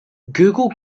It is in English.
google